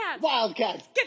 Wildcats